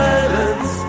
Silence